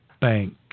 bank